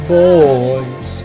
boys